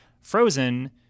Frozen